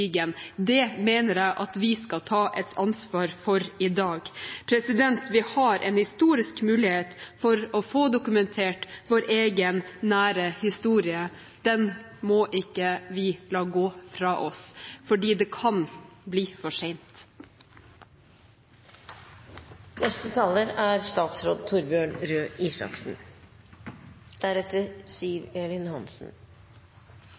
Det mener jeg at vi skal ta et ansvar for i dag. Vi har en historisk mulighet til å få dokumentert vår egen nære historie. Den må vi ikke la gå fra oss, for det kan bli for